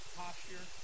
posture